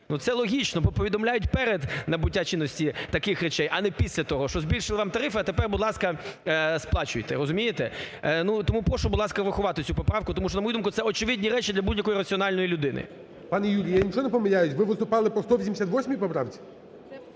це логічно, бо повідомляють перед набуттям чинності таких речей, а не після того, що збільшили вам тарифи, а тепер, будь ласка, сплачуйте. Розумієте? Тому прошу, будь ласка, врахувати цю поправку тому що на мою думку, це очевидні речі для будь-якої раціональної людини. ГОЛОВУЮЧИЙ. Пане Юрій, я нічого не помиляюсь, ви виступали по 188 поправці?